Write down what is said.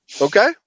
Okay